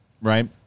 Right